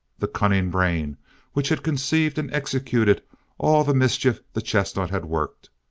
the cunning brain which had conceived and executed all the mischief the chestnut had worked.